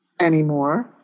anymore